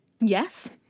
Yes